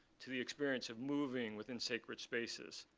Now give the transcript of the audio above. to the experience of moving within sacred spaces,